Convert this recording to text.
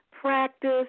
practice